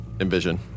Envision